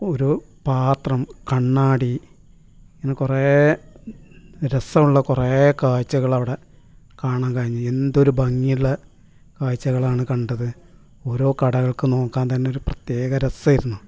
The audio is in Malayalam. ഒരു പാത്രം കണ്ണാടി ങ്ങനെ കുറെ രസമുള്ള കുറെ കാഴ്ചകളവിടെ കാണാൻ കഴിഞ്ഞു എന്തൊരു ഭംഗിയുള്ള കാഴ്ച്ചകളാണ് കണ്ടത് ഓരോ കടകൾക്ക് നോക്കാൻ തന്നെയൊരു പ്രത്യേക രസമായിരുന്നു